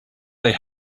they